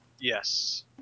Yes